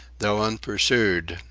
though unpursued,